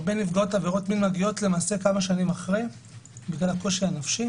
הרבה נפגעות עבירות מין מגיעות למעשה כמה שנים אחרי בגלל הקושי הנפשי